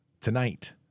tonight